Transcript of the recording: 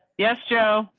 yes, joe,